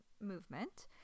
movement